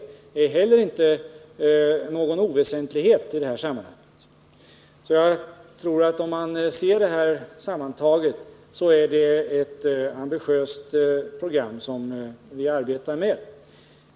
Det är inte heller någon oväsentlighet i detta sammanhang. Sammantaget är det ett ambitiöst program vi arbetar med.